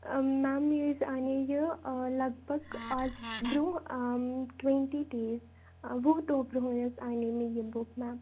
آں میم مےٚ حظ اَنے یہِ لگ بگ آز برٛونٛہہ آں ٹوَنٹی ڈیز وُہ دۄہ برٛوہٕے حظ انے مےٚ یہِ بُک میم